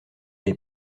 est